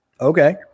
Okay